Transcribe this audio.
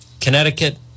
Connecticut